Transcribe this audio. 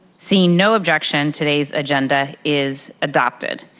seeing no objection, today's agenda is adopted.